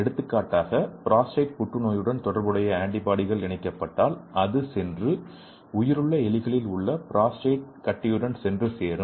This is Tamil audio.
எடுத்துக்காட்டாக புரோஸ்டேட் புற்றுநோயுடன் தொடர்புடைய ஆன்டிபாடிகள் இணைக்கப்பட்டால் அது சென்று உயிருள்ள எலிகளில் உள்ள புரோஸ்டேட் கட்டியுடன் சென்று சேரும்